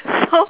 so